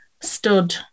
stood